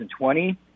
2020